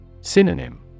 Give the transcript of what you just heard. Synonym